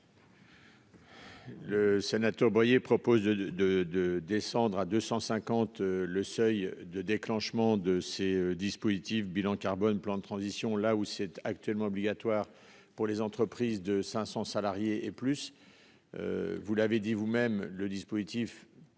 Le sénateur Boyer propose de de de de descendre à 250 le seuil de déclenchement de ces dispositifs, bilan carbone plan de transition là où c'est actuellement obligatoire pour les entreprises de 500 salariés et plus. Vous l'avez dit vous-même le dispositif.--